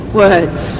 words